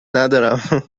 ندارم